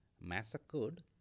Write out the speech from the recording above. massacred